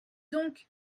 donc